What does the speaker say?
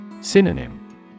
Synonym